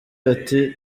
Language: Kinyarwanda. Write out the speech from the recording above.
ati